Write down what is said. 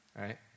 right